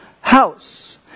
house